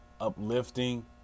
uplifting